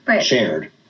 Shared